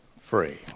free